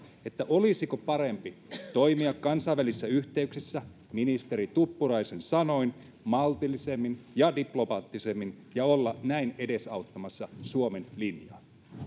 olisiko parempi toimia kansainvälisissä yhteyksissä ministeri tuppuraisen sanoin maltillisemmin ja diplomaattisemmin ja olla näin edesauttamassa suomen linjaa